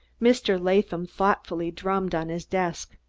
mr. latham thoughtfully drummed on his desk.